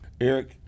Eric